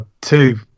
Two